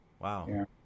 Wow